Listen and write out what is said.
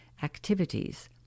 activities